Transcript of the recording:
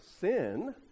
sin